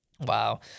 wow